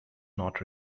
not